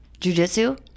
jujitsu